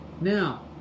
now